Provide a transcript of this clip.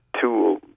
tool